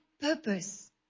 purpose